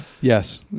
Yes